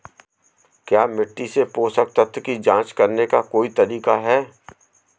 क्या मिट्टी से पोषक तत्व की जांच करने का कोई तरीका है?